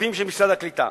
וכספים של משרד הקליטה.